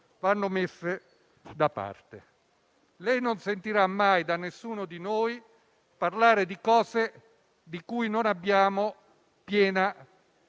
vanno messe da parte. Lei non sentirà mai da nessuno di noi parlare di cose di cui non abbiamo piena